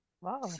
wow